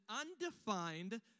undefined